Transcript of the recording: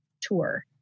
tour